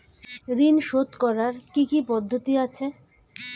ঋন শোধ করার কি কি পদ্ধতি আছে?